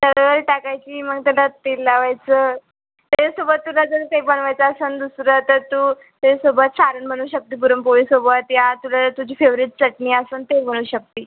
तव्यावर टाकायची मग त्याला तेल लावायचं त्याच्यासोबत तुला जर काही बनवायचं असेल दुसरं तर तू त्याच्यासोबत सारण बनवू शकते पुरणपोळीसोबत या तुला तुझी फेवरेट चटणी असेल ते बनवू शकते